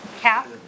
cap